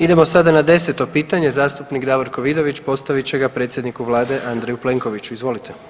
Idemo sada na 10. pitanje, zastupnik Davorko Vidović postavit će ga predsjedniku Vlade Andreju Plenkoviću, izvolite.